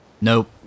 Nope